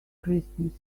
christmas